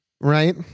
Right